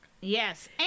yes